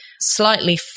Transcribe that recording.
slightly